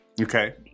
Okay